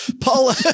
Paula